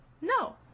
No